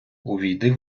увійди